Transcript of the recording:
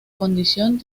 condición